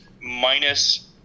minus